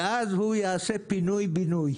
ואז הוא יעשה פינוי-בינוי.